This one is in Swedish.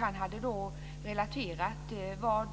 Han hade relaterat